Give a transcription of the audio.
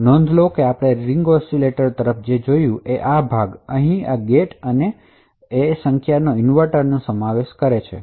નોંધ લો કે આપણે રીંગ ઑસિલેટર તરફ જોયું છે જે આ ભાગ અહીં AND ગેટ અને બહુવિધ એકી સંખ્યાના ઇન્વર્ટરનો સમાવેશ કરે છે